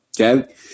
okay